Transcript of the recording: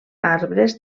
arbres